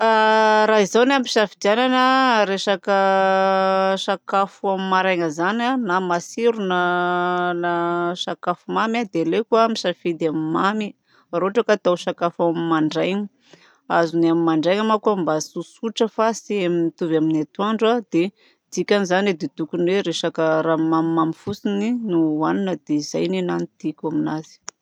Raha izaho no ampisafidianana raha resaka sakafo amin'ny maraina zany na matsiro na sakafo mamy dia aleoko misafidy ny mamy raha ohatra ka atao sakafo amin'ny mandraina. Azony amin'ny mandraina manko mba tsotsotra fa tsy mitovy amin'ny atoandro dia dikany zany dia tokony hoe resaka raha mamimamy fotsiny no ohanina. Dia zay ny anahy no tiako amin'azy.